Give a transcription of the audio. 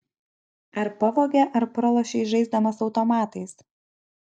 ar pavogė ar pralošei žaisdamas automatais